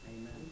Amen